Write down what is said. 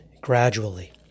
gradually